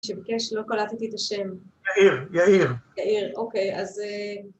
שביקש... לא קולטתי את השם. יאיר, יאיר. יאיר, אוקיי. אז...